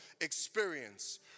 experience